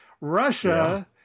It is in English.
Russia